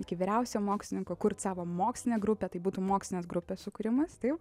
iki vyriausiojo mokslininko kurti savo mokslinę grupę tai būtų mokslinės grupės sukūrimas taip